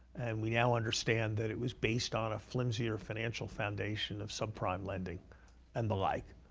and we now understand that it was based on a flimsier or financial foundation of subprime lending and the like.